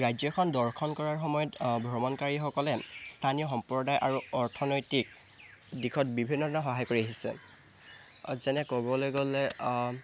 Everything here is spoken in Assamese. ৰাজ্য এখন দৰ্শন কৰা সময়ত ভ্ৰমণকাৰীসকলে স্থানীয় সম্প্ৰদায় আৰু অৰ্থনৈতিক দিশত বিভিন্ন ধৰণৰ সহায় কৰি আহিছে যেনে ক'বলৈ গ'লে